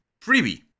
Freebie